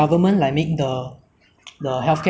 I think it will benefit everyone lah because like some